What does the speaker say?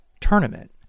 tournament